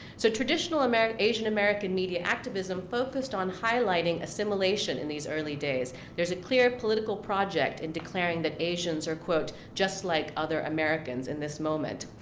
so traditional asian american media activism focused on highlighting assimilation in these early days. there's a clear, political project in declaring that asians are, quote, just like other americans in this moment.